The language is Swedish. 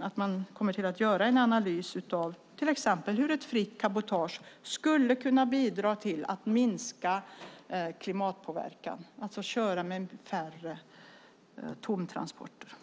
att man kommer att göra en analys av till exempel hur ett fritt cabotage skulle kunna bidra till att minska klimatpåverkan. Det handlar om att köra med färre tomtransporter.